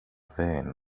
vän